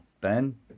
Ben